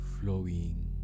flowing